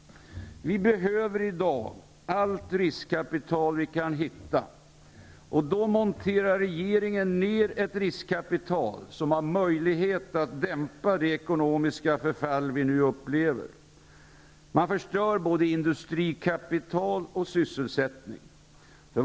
Vi behöver i dag allt riskkapital vi kan hitta. Då monterar regeringen ned ett riskkapital som har möjlighet att dämpa det ekonomiska förfall vi nu upplever. Man förstör både industrikapital och sysselsättning.